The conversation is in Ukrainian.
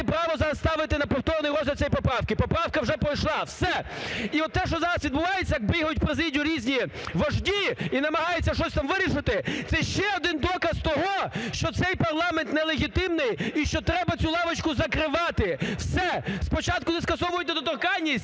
права зараз ставити на повторний розгляд цієї поправки, поправка вже пройшла. Все! І оте, що зараз відбувається, як бігають в президію різні вожді і намагаються щось там вирішити, це ще один доказ того, що цей парламент нелегітимний і що треба цю лавочку закривати. Все! Спочатку не скасовують недоторканність,